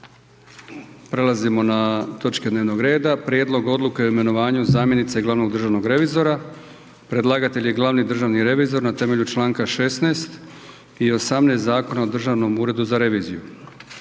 Prelazimo na točke dnevnog reda. - Prijedlog odluke o imenovanju zamjenice glavnog državnog revizora predlagatelj: glavni državni revizor; Predlagatelj je Glavni državni revizor na temelju članka 16. i 18. Zakona o državnom uredu za reviziju.